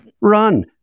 run